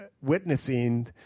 witnessing